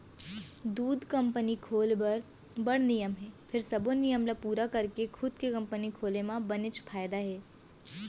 दूद कंपनी खोल बर बड़ नियम हे फेर सबो नियम ल पूरा करके खुद के कंपनी खोले म बनेच फायदा हे